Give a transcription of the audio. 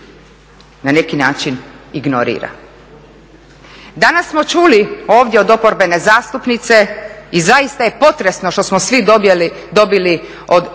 na neki način ignorira. Danas smo čuli ovdje od oporbene zastupnice i zaista je potresno što smo svi dobili od